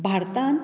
भारतांत